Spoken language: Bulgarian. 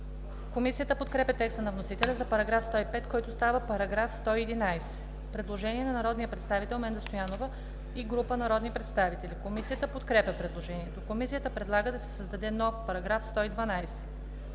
Комисията подкрепя текста на вносителя за § 105, който става § 111. Предложение на народния представител Менда Стоянова и група народни представители. Комисията подкрепя предложението. Комисията предлага да се създаде нов § 112: